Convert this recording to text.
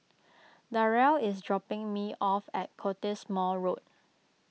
Darell is dropping me off at Cottesmore Road